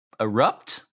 Erupt